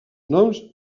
noms